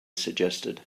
suggested